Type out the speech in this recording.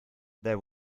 there